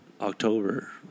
October